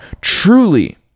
truly